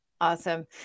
Awesome